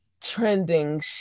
trending